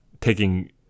taking